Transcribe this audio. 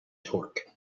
torque